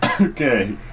Okay